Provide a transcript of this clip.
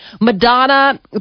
Madonna